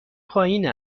پایین